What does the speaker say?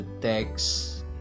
text